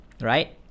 right